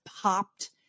popped